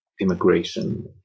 immigration